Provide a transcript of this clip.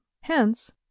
Hence